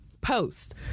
post